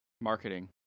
Marketing